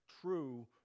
true